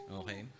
okay